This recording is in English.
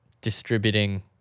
distributing